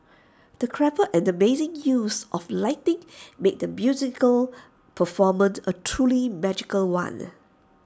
the clever and amazing use of lighting made the musical performance A truly magical one